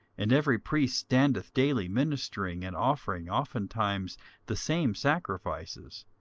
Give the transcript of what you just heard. and every priest standeth daily ministering and offering oftentimes the same sacrifices,